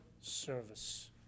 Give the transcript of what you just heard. service